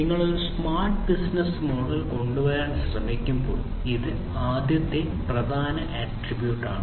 നിങ്ങൾ ഒരു smart business model കൊണ്ടുവരാൻ ശ്രമിക്കുമ്പോൾ ഇത് ആദ്യത്തെ പ്രധാന ആട്രിബ്യൂട്ടാണ്